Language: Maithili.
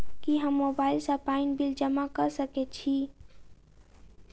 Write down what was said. की हम मोबाइल सँ पानि बिल जमा कऽ सकैत छी?